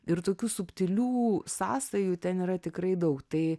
ir tokių subtilių sąsajų ten yra tikrai daug tai